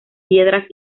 piedras